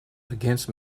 against